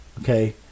okay